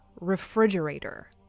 refrigerator